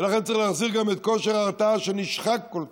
ולכן צריך להחזיר גם את כושר ההרתעה, שנשחק כל כך.